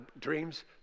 dreams